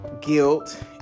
guilt